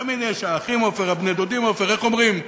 תמיד יש האחים עופר, בני-הדודים עופר, איך אומרים?